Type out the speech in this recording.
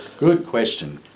good question.